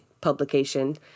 publication